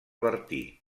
bertí